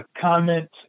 comment